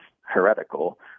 heretical